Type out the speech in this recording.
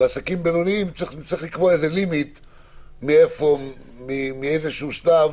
בעסקים בינוניים צריך לקבוע איזשהו גבול מאיזשהו שלב.